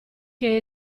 che